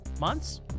months